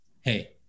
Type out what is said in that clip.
Hey